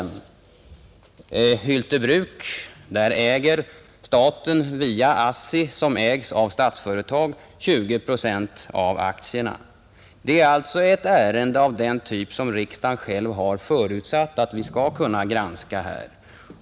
När det gäller Hyltebruk äger staten via ASSI, som ägs av Statsföretag, 20 procent av aktierna. Det är alltså ett ärende av den typ som riksdagen själv har förutsatt att vi skall kunna granska här.